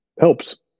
helps